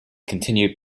continue